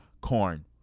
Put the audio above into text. corn